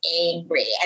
angry